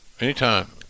Anytime